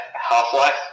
half-life